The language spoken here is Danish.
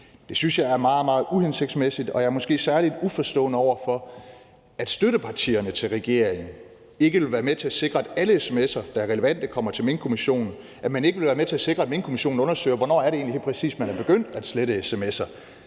Det synes jeg er meget, meget uhensigtsmæssigt, og jeg er måske særlig uforstående over for, at støttepartierne til regeringen ikke vil være med til at sikre, at alle sms'er, der er relevante, kommer til Minkkommissionen; at man ikke vil være med til at sikre, at Minkkommissionen undersøger: Hvornår er det egentlig helt præcist, man er begyndt at slette sms'er?